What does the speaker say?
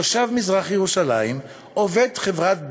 תושב מזרח-ירושלים, עובד חברת "בזק",